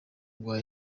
rwa